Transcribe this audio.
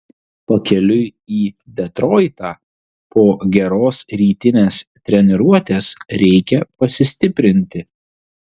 pakeliui į detroitą po geros rytinės treniruotės reikia pasistiprinti